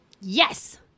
yes